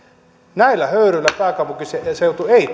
näillä höyryillä pääkaupunkiseutu ei